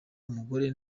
umugore